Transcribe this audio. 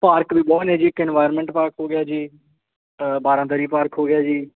park ਵੀ ਬਹੁਤ ਨੇ ਜੀ ਇੱਕ ਇਨਵਾਇਰਮੈਂਟ ਪਾਰਕ ਹੋ ਗਿਆ ਜੀ ਬਾਰ੍ਹਾਂ ਦਰੀ ਪਾਰਕ ਹੋ ਗਿਆ ਜੀ